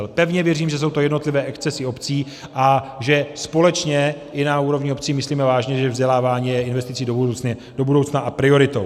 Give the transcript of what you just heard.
Pevně věřím, že jsou to jednotlivé excesy obcí a že společně i na úrovni obcí myslíme vážně, že vzdělávání je investicí do budoucna a prioritou.